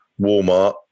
Walmart